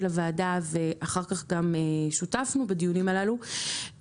לוועדה ואחר כך גם שותפנו בדיונים הללו,